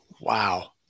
wow